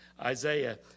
Isaiah